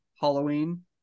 Halloween